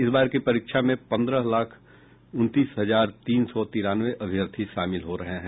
इस बार की परीक्षा में पन्द्रह लाख उनतीस हजार तीन सौ तिरानवे अभ्यर्थी शामिल हो रहे हैं